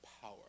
power